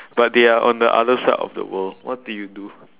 but they are on the other side of the world what do you do